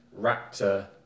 raptor